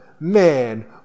man